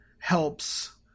helps